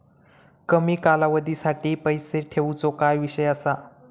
कमी कालावधीसाठी पैसे ठेऊचो काय विषय असा?